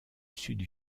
sud